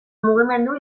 mugimendu